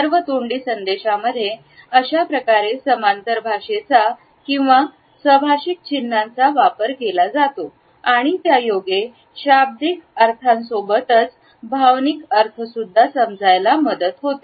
सर्व तोंडी संदेशामध्ये अशाप्रकारे समांतर भाषेचा किंवा स भाषिक चिन्हांचा वापर केला जातो आणि त्यायोगे शाब्दिक अर्थान सोबतच भावनिक अर्थ सुद्धा समजायला मदत होते